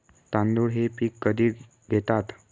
तांदूळ हे पीक कधी घेतात?